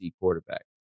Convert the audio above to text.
quarterback